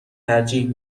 ترجیح